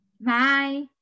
bye